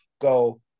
go